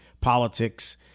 politics